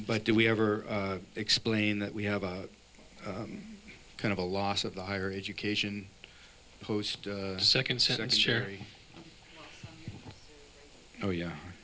but do we ever explain that we have a kind of a loss of the higher education post second sentence cherry oh yeah